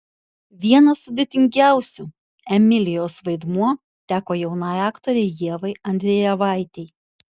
vienas sudėtingiausių emilijos vaidmuo teko jaunai aktorei ievai andrejevaitei